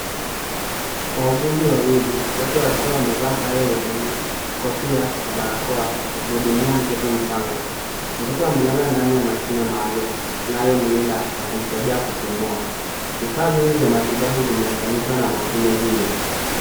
Wauguzi wawili wote wakiwa wamevaa sare za bluu, kofia na barakoa, wakihudumia mtoto mchanga. Mtoto amelala ndani ya mashine maalum inayomlinda na kumsaidia kupumua. Vifaa vingi vya matibabu vimeunganishwa na mashine hiyo.